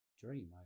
dream